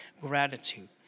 gratitude